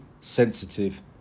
sensitive